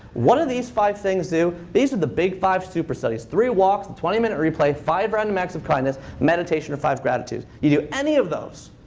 what do these five things do? these are the big five superstudies. three walks, a twenty minute replay, five random acts of kindness, meditation, or five gratitudes. you do any of those.